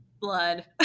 blood